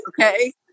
Okay